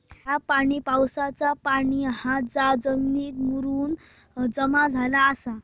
ह्या पाणी पावसाचा पाणी हा जा जमिनीत मुरून जमा झाला आसा